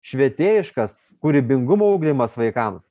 švietėjiškas kūrybingumo ugdymas vaikams